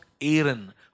Aaron